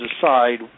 decide